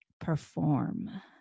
perform